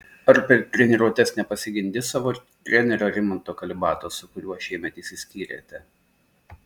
ar per treniruotes nepasigendi savo trenerio rimanto kalibato su kuriuo šiemet išsiskyrėte